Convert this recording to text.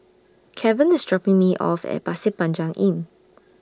Kevan IS dropping Me off At Pasir Panjang Inn